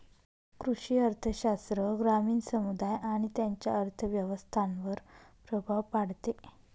कृषी अर्थशास्त्र ग्रामीण समुदाय आणि त्यांच्या अर्थव्यवस्थांवर प्रभाव पाडते